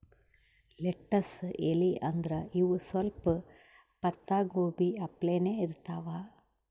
lettuce ಎಲಿ ಅಂದ್ರ ಇವ್ ಸ್ವಲ್ಪ್ ಪತ್ತಾಗೋಬಿ ಅಪ್ಲೆನೇ ಇರ್ತವ್